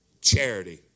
charity